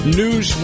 news